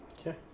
Okay